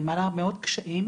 מעלה הרבה מאוד קשיים.